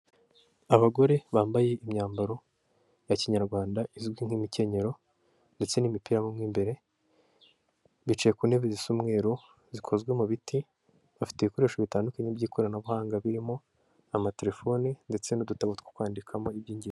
Abagore bambaye imyambaro ya kinyarwanda izwi nk'imikenyero ndetse n'imipira mo imbere, bicaye ku ntebe zisa umweru zikozwe mu biti, bafite ibikoresho bitandukanye by'ikoranabuhanga birimo amaterefoni ndetse n'udutabo two kwandikamo iby'inge....